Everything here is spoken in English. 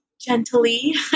gently